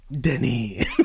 denny